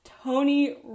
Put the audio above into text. Tony